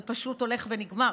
זה פשוט הולך ונגמר.